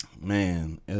Man